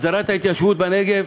הסדרת ההתיישבות בנגב.